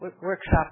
workshop